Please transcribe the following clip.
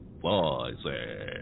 Voices